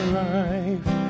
life